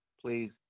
please